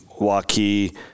Waukee